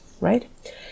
right